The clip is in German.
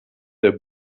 der